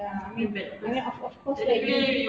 ya I mean mean of of course